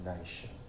nation